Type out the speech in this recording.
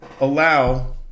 allow